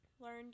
learned